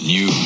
New